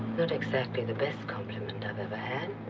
not exactly. the best compliment and i've ever had.